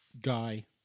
guy